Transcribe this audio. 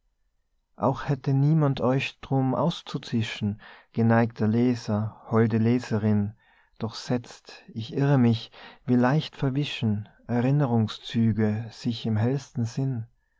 auch hätte niemand euch drum auszuzischen geneigter leser holde leserin doch setzt ich irre mich wie leicht verwischen erinnerungszüge sich im hellsten sinn